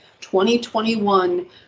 2021